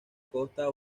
costa